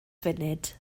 funud